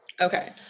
Okay